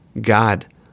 God